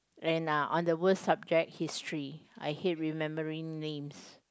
and uh on the worst subject history I hate remembering names